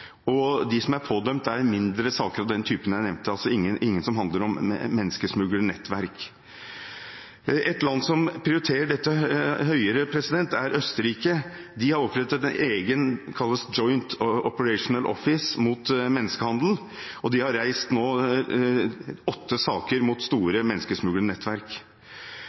De som er pådømt, er mindre saker av den typen jeg nevnte, altså ingen som handler om menneskesmuglernettverk. Det er ett land som prioriterer dette høyere, og det er Østerrike. De har opprettet et eget Joint Operational Office mot menneskehandel, og de har til nå reist åtte saker mot store